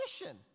mission